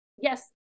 yes